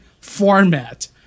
format